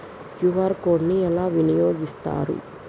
QR code ని ఎలా వినియోగిస్తారు?